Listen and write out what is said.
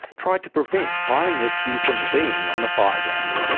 tried to prevent fire and rescue from being on the fire ground.